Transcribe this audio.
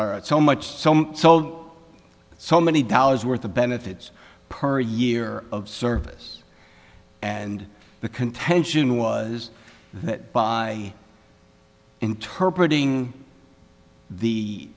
aren't so much so so so many dollars worth of benefits per year of service and the contention was that by interpretating the